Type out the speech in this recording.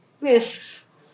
risks